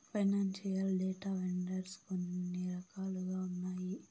financial data vendors కొన్ని రకాలుగా ఉన్నాయి